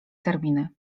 terminy